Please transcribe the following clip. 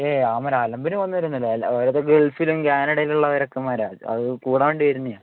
ഏ അവന്മാർ അലമ്പിന് പോകുന്നവരൊന്നും അല്ല ഓരോരുത്തര് ഗൾഫിലും കാനഡയിലും ഉള്ള ചെക്കന്മാരാണ് അത് കൂടാൻ വേണ്ടി വരുന്നതാണ്